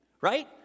right